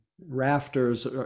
Rafters